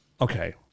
Okay